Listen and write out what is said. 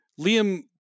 Liam